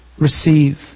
Receive